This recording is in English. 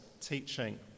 teaching